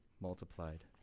multiplied